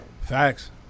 Facts